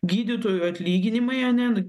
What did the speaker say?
gydytojų atlyginimai ane nu